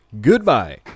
Goodbye